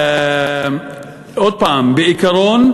עוד פעם, בעיקרון,